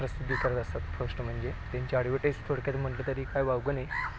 प्रसिद्धी करत असतात फर्स्ट म्हणजे त्यांच्या ॲडव्हटाइझ थोडक्यात म्हटलं तरी काय वावगं नाही